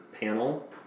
panel